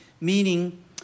meaning